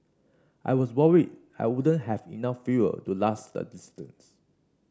I was worried I wouldn't have enough fuel to last the distance